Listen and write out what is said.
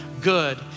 good